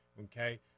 okay